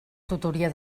tutoria